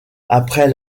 après